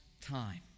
time